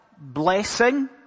blessing